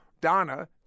Donna